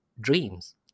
dreams